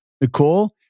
Nicole